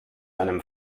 einem